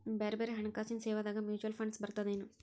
ಬ್ಯಾರೆ ಬ್ಯಾರೆ ಹಣ್ಕಾಸಿನ್ ಸೇವಾದಾಗ ಮ್ಯುಚುವಲ್ ಫಂಡ್ಸ್ ಬರ್ತದೇನು?